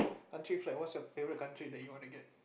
country flag what was your favourite country that you want to get